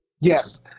Yes